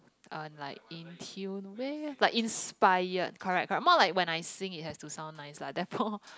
uh like in tune with like inspired correct correct more like when I sing it had to sound nice lah therefore